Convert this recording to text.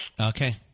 Okay